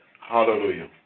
Hallelujah